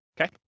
okay